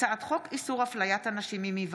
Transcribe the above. מאזן גנאים ווליד טאהא, הצעת חוק הכניסה לישראל